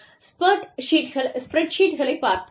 spread ஷீட்களைப் பார்ப்போம்